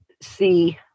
see